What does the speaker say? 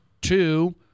two